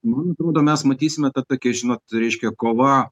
man atrodo mes matysime tą tokią žinot reiškia kova